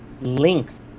links